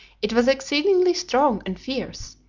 it was exceedingly strong and fierce,